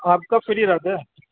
آپ کب فری رہتے ہیں